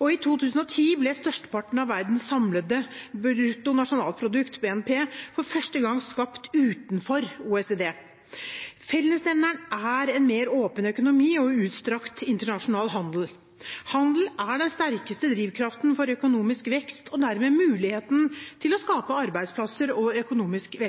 og i 2010 ble størsteparten av verdens samlede bruttonasjonalprodukt, BNP, for første gang skapt utenfor OECD. Fellesnevneren er en mer åpen økonomi og utstrakt internasjonal handel. Handel er den sterkeste drivkraften for økonomisk vekst og dermed muligheten til å skape arbeidsplasser og økonomisk